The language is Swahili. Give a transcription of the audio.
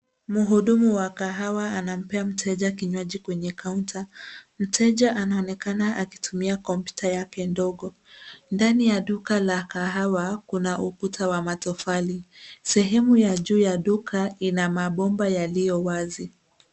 Muhudumu wa kahawa anampea mteja kinywaji, kwenye kaunta. Mteja anaonekana akitumia kompyuta yake ndogo. Ndani ya duka la kahawa kuna ukuta wa matofali. Sehemu ya juu ya duka ina mabomba yaliyo wazi.